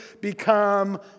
become